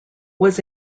was